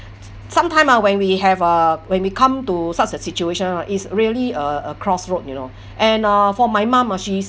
sometime uh when we have uh when we come to such a situation uh is really a a crossroad you know and uh for my mum ah she's